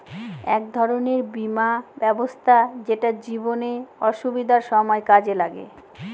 এক ধরনের বীমা ব্যবস্থা যেটা জীবনে অসুবিধার সময় কাজে লাগে